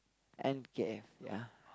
N_K_F ya